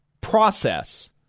process